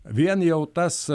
vien jau tas